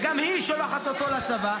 וגם היא שולחת אותו לצבא,